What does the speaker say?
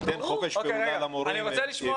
תן חופש פעולה למורים.